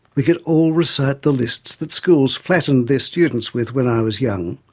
we could all recite the lists that schools flattened their students with when i was young.